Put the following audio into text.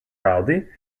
rowdy